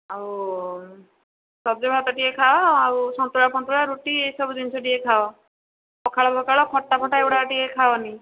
ଆଉ ସଜ ଭାତ ଟିକିଏ ଖାଅ ଆଉ ସଂତୁଳା ଫନ୍ତୁଳା ରୁଟି ଏଇ ସବୁ ଜିନିଷ ଟିକିଏ ଖାଅ ପଖାଳ ପଖାଳ ଖଟା ଫଟା ଏଗୁଡ଼ା ଟିକିଏ ଖାଅନି